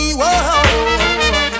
whoa